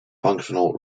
functional